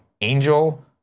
Angel